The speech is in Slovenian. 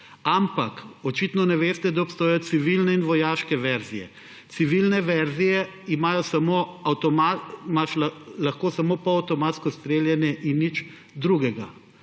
Ampak očitno ne veste, da obstajajo civilne in vojaške verzije. Pri civilni verziji imaš lahko samo polavtomatsko streljanje in nič drugega.